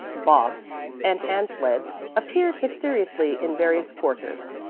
bobs and hand sleds appeared mysteriously in various quarters,